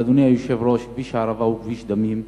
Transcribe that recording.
אבל, אדוני היושב-ראש, כביש הערבה הוא כביש דמים,